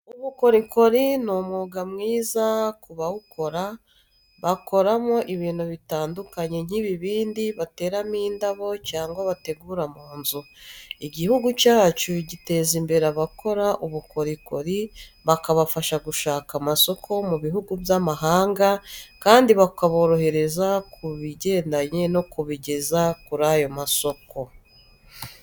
ubukorikori ni umwuga mwiza ku bawukora, bakoramo ibintu bitandukanye nk'ibibindi bateramo indabo cyangwa bategura mu nzu. Igihugu cyacu giteza imbere abakora ubukorikori bakabafasha gushaka amasoko mu bihugu by'amahanga kandi bakaborohereza kubigendanye no kubigeza kuri ayo masoko.